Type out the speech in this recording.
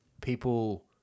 people